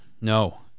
No